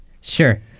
Sure